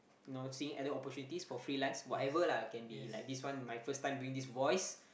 you know seeing other opportunities for freelance whatever lah can be like this one my first time doing this voice